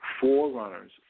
forerunners